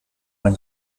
mein